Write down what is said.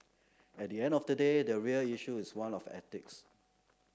at the end of the day the real issue is one of ethics